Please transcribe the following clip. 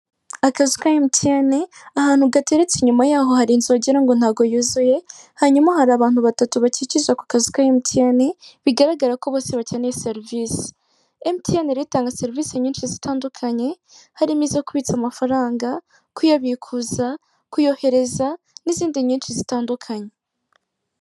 Akazu ka emutiyeni aha tu gateretse inyuma yaho hari inzu wagira ngo ntabwo yuzuye, hanyuma hari abantu batatu bakikije ako kazu ka emutiyeni bigaragara ko bose bakeneye serivise. Emutiyeni rero itanga serivise nyinshi zitandukanye harimo izo kubitsa amafaranga, kuyabikuza, kuyohereza n'izindi nyinshi zitandukanye.